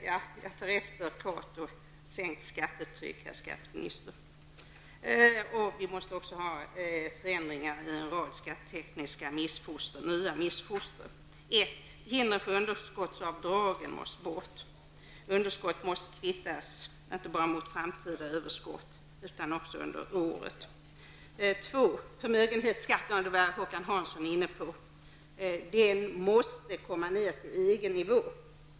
Jag tar efter Cato: Sänkt skattetryck, herr skatteminister, och förändringar i en rad nya skattetekniska missfoster. 1. Hindren för underskottsavdrag måste bort. Underskott måste kvittas inte bara mot framtida överskott utan också under året. Hansson var inne på, måste komma ner till EG nivå.